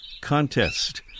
contest